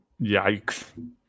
Yikes